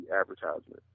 advertisement